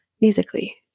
musically